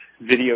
video